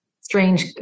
strange